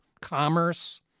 commerce